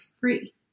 free